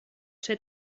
ser